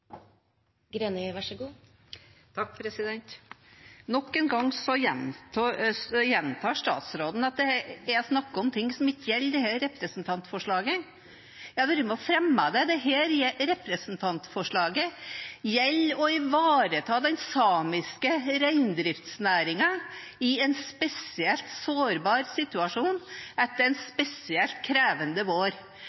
Nok en gang gjentar statsråden at jeg snakker om ting som ikke gjelder dette representantforslaget. Jeg har vært med og fremmet det. Dette representantforslaget handler om å ivareta den samiske reindriftsnæringen i en spesielt sårbar situasjon etter en